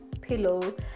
pillow